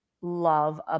love